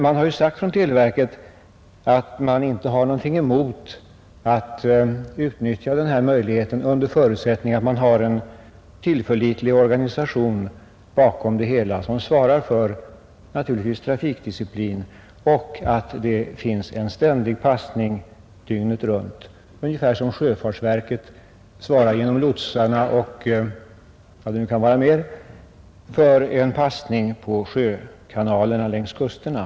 Från televerkets sida har sagts att man inte har någonting emot att utnyttja den här möjligheten, under förutsättning att det finns en tillförlitlig organisation bakom det hela, som svarar för trafikdisciplinen och ser till att det finns en ständig passning dygnet runt — ungefär som sjöfartsverket genom lotsarna och vad det nu mer kan vara — svarar för en passning på sjökanalerna längs kusterna.